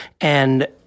And-